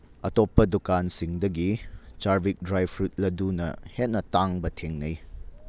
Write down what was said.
ꯑꯇꯣꯞꯄ ꯗꯨꯀꯥꯟꯁꯤꯡꯗꯒꯤ ꯆꯥꯔꯕꯤꯛ ꯗ꯭ꯔꯥꯏ ꯐ꯭ꯔꯨꯠ ꯂꯥꯗꯨꯅ ꯍꯦꯟꯅ ꯇꯥꯡꯕ ꯊꯦꯡꯅꯩ